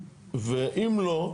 ואם לא,